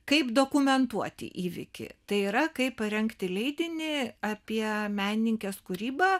kaip dokumentuoti įvykį tai yra kaip parengti leidinį apie menininkės kūrybą